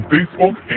Facebook